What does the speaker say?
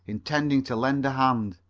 intending to lend a hand.